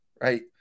Right